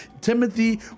Timothy